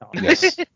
Yes